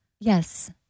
Yes